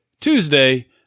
Tuesday